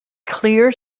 clear